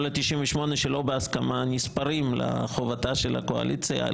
כל ה-98 שלא בהסכמה נספרים לחובתה של הקואליציה.